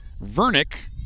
Vernick